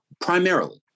primarily